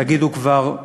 תגידו כבר,